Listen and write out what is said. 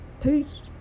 Peace